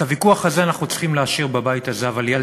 את הוויכוח הזה אנחנו צריכים להשאיר בבית הזה.